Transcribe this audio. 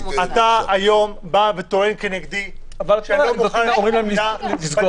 אתה היום בא וטוען כנגדי --- כשאומרים להם לסגור,